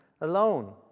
alone